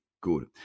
good